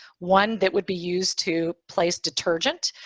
one that would be used to place detergent,